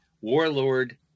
warlord